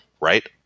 right